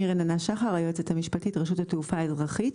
היועצת המשפטית, רשות התעופה האזרחית.